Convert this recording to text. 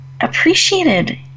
appreciated